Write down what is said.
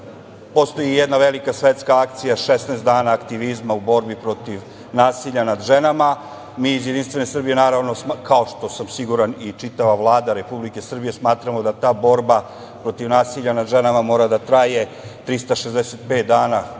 postoji jedna velika svetska akcija – 16 dana aktivizma u borbi protiv nasilja nad ženama. Mi iz Jedinstvene Srbije, naravno, kao što sam siguran i čitava Vlada Republike Srbije, smatramo da ta borba protiv nasilja nad ženama mora da traje 365 dana